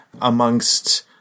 amongst